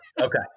Okay